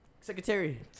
Secretary